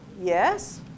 Yes